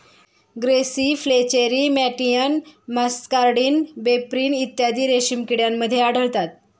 grasserie flacherie मॅटियन muscardine pebrine इत्यादी रेशीम किड्यांमध्ये आढळतात